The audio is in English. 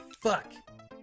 fuck